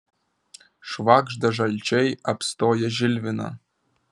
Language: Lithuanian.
švagžda žalčiai apstoję žilviną